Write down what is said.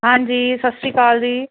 ਹਾਂਜੀ ਸਤਿ ਸ਼੍ਰੀ ਅਕਾਲ ਜੀ